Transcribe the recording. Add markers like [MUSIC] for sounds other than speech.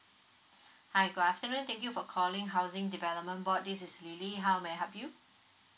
[BREATH] hi good afternoon thank you for calling housing development board this is lily how may I help you